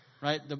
right